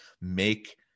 make